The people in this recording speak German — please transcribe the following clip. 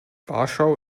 warschau